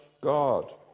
God